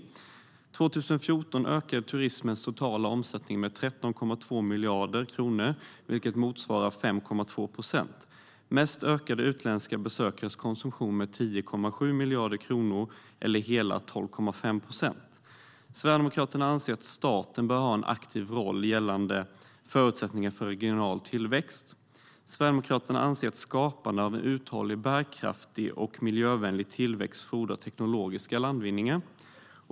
År 2014 ökade turismens totala omsättning med 13,2 miljarder kronor, vilket motsvarar 5,2 procent. Mest ökade utländska besökares konsumtion med 10,7 miljarder kronor eller hela 12,5 procent. Sverigedemokraterna anser att staten bör ha en aktiv roll gällande förutsättningar för regional tillväxt. Sverigedemokraterna anser att skapande av uthållig, bärkraftig och miljövänlig tillväxt fordrar teknologiska landvinningar.